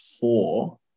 four